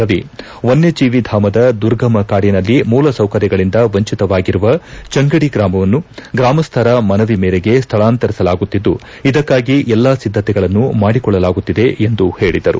ರವಿ ವನ್ಯಜೀವಿಧಾಮದ ದುರ್ಗಮ ಕಾಡಿನಲ್ಲಿ ಮೂಲಸೌಕರ್ಯಗಳಿಂದ ವಂಚಿತವಾಗಿರುವ ಚೆಂಗಡಿ ಗ್ರಾಮವನ್ನು ಗ್ರಾಮಸ್ದರ ಮನವಿ ಮೇರೆಗೆ ಸ್ಥಳಾಂತರಿಸಲಾಗುತ್ತಿದ್ದು ಇದಕ್ಕಾಗಿ ಎಲ್ಲಾ ಸಿದ್ದತೆಗಳನ್ನು ಮಾಡಲಾಗುತ್ತಿದೆ ಎಂದು ಹೇಳಿದರು